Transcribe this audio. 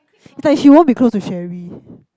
is like she won't be close to Sherry